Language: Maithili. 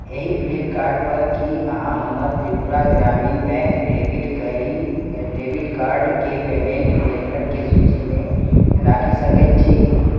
एहि फ्लिपकार्ट पर की अहाँ हमर त्रिपुरा ग्रामीण बैंक डेबिट कार्डकेँ पेमेंट मेथडके सूचीमे राखि सकैत छी